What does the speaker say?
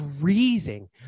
freezing